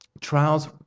trials